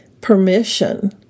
permission